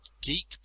Geek